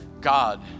God